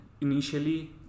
initially